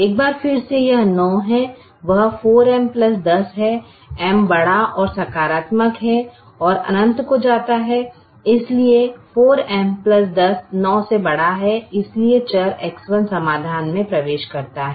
एक बार फिर से यह 9 है यह 4M 10 है M बड़ा और सकारात्मक है और अनंत को जाता है इसलिए 4M 10 9 से बड़ा है इसलिए चर X1 समाधान में प्रवेश करता है